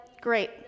Great